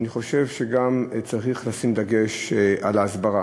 אני חושב שגם צריך לשים דגש על ההסברה.